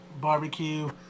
barbecue